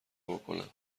بکنم